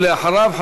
ואחריו,